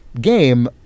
game